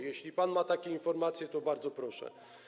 Jeśli pan ma takie informacje, to bardzo o nie proszę.